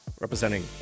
representing